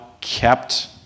kept